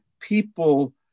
people